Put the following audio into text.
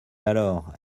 alors